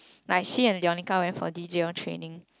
like she and Leonica went for D_J on training